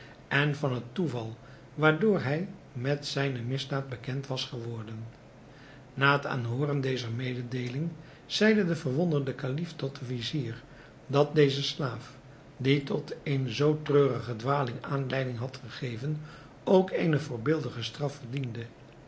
en van het toeval waardoor hij met zijne misdaad bekend was geworden na het aanhooren dezer mededeeling zeide de verwonderde kalif tot den vizier dat deze slaaf die tot eene zoo treurige dwaling aanleiding had gegeven ook eene voorbeeldige straf verdiende